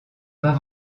pas